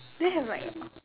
do you have like uh